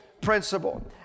principle